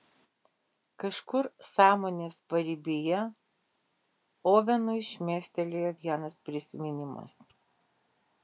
kažkur sąmonės paribyje ovenui šmėstelėjo vienas prisiminimas